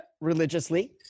Religiously